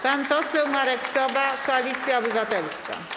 Pan poseł Marek Sowa, Koalicja Obywatelska.